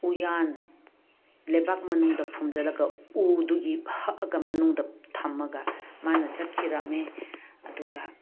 ꯎꯌꯥꯟ ꯂꯩꯕꯥꯛ ꯃꯅꯨꯡꯗ ꯐꯨꯝꯖꯜꯂꯒ ꯎꯗꯨꯒꯤ ꯍꯛꯑꯒ ꯃꯅꯨꯡꯗ ꯊꯝꯃꯒ ꯃꯥꯅ ꯆꯠꯈꯤꯔꯝꯃꯦ ꯑꯗꯨꯒ